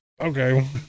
Okay